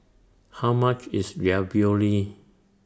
How much IS Ravioli